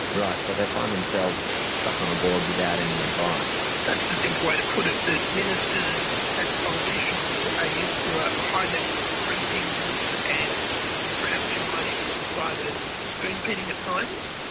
right, so they find themselves stuck on a board without any advice. that's the simple way to put it, that ministers and politicians are used to a high level of briefings and perhaps you might even describe it as spoon-feeding at times.